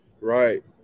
Right